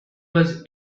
was